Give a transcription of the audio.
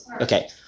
Okay